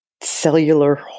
cellular